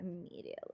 immediately